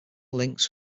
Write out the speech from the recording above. links